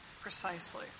precisely